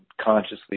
consciously